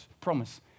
promise